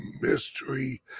mystery